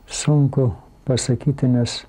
sunku pasakyti nes